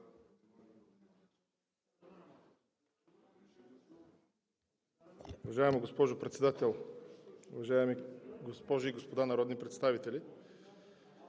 Уважаема госпожо Председател, уважаеми госпожи и господа народни представители!